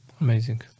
Amazing